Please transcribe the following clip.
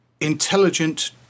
intelligent